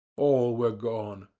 all were gone.